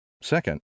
Second